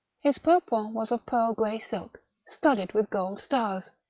his purpoint was of pearl-grey silk, studded with gold stars,